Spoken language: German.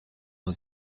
nur